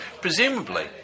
presumably